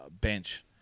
bench